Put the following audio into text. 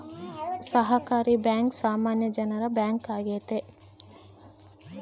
ಸಹಕಾರಿ ಬ್ಯಾಂಕ್ ಸಾಮಾನ್ಯ ಜನರ ಬ್ಯಾಂಕ್ ಆಗೈತೆ